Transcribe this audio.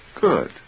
Good